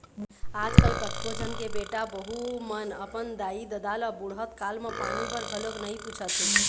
आजकल कतको झन के बेटा बहू मन अपन दाई ददा ल बुड़हत काल म पानी बर घलोक नइ पूछत हे